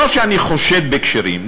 לא שאני חושד בכשרים,